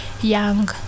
young